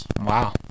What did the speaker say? Wow